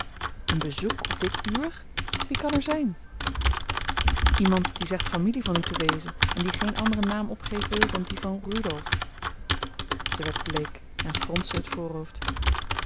een bezoek op dit uur wie kan er zijn iemand die zegt familie van u te wezen en die geen anderen naam opgeven wil dan dien van rudolf zij werd bleek en fronste het voorhoofd